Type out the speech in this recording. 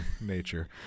nature